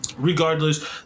Regardless